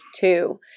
two